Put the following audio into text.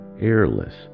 airless